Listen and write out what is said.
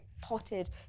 potted